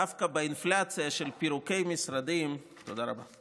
דווקא באינפלציה של פירוקי משרדים, אתה היית